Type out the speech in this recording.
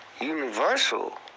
universal